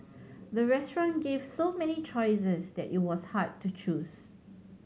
the restaurant gave so many choices that it was hard to choose